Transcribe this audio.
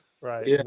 Right